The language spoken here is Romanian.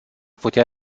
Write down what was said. putea